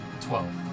Twelve